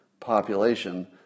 Population